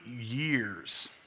years